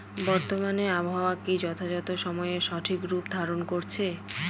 বর্তমানে আবহাওয়া কি যথাযথ সময়ে সঠিক রূপ ধারণ করছে?